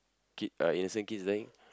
kid uh innocent kids dying